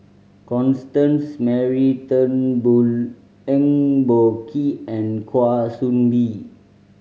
Constance Mary Turnbull Eng Boh Kee and Kwa Soon Bee